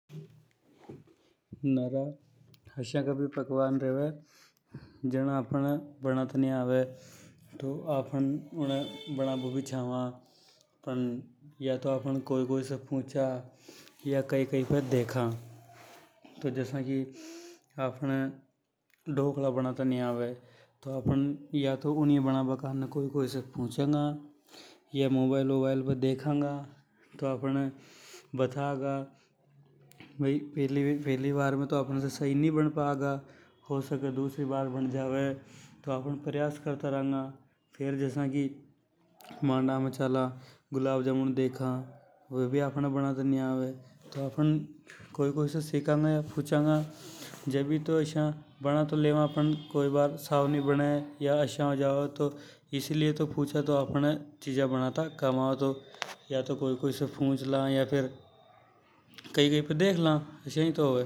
नरा आसा का भी पकवान रेवे जिने आफ़न ये बना ता नि आवे। आफ़न उने बनावो भी चावा, पण या तो आफ़न कोई कोई से पूंछा या कई कई पे देखा। तो जसा की आफ़न ये ढोकला बनाता नि आवे, तो आफ़न ऊनिय बना बा करने कोई कोई से पूंछा गा या कई कई पे देखांगा। हो सके दूसरी बार बन जावे, तो आफ़न प्रयास करता रंगा। फेर जसा को मांडा में चाला, अर गुलाब जामुन देखा, तो वे भी अपहाने बनाता नि आवे। आफ़न कोई कोई से पूंछा गा ,कई कई पे देखांगा। तो इसीलिए तो पूछा आफ़न, क्योंकि अपहाने चीजा बनाता कम आवे । या तो कोई कोई से पूंछ ला, या कई कई पे देख ला।